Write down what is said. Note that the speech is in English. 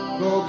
go